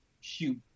shoot